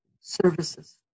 services